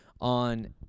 on